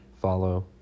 follow